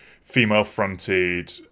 female-fronted